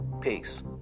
Peace